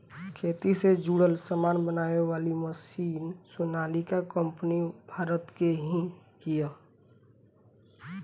खेती से जुड़ल सामान बनावे वाली सोनालिका कंपनी भारत के हिय